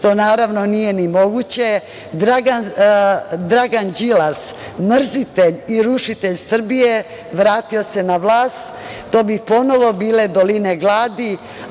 što naravno nije ni moguće, Dragan Đilas, mrzitelj i rušitelj Srbije, vratio se na vlast, to bi ponovo bile doline gladi,